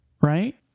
right